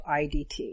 IDT